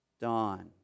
Dawn